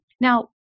Now